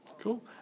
cool